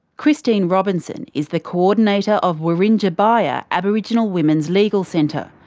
christine robinson is the coordinator of wirringa baiya aboriginal women's legal centre.